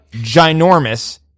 ginormous